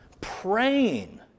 praying